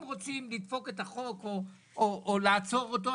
אם רוצים לדפוק את החוק או לעצור אותו,